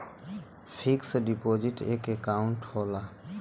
fix deposit एक account होला